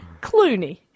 Clooney